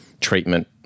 treatment